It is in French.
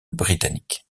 britannique